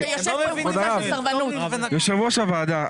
יושב ראש הוועדה,